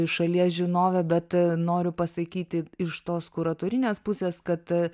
šalies žinovė bet noriu pasakyti iš tos kuratorinės pusės kad